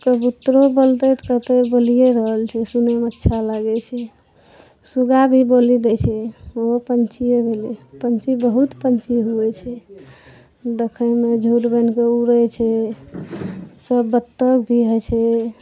कबुत्तरो बोलतै तऽ कहतै बोलिये रहल छै सुनैमे अच्छा लागै छै सुगा भी बोली दै छै ओहो पक्षीए भेलै पक्षी बहुत पक्षी होइ छै देखैमे जूट बान्हि कऽ उड़ै छै सब बत्तक भी होइ छै न